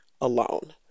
alone